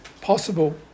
possible